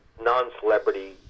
non-celebrity